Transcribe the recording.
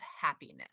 happiness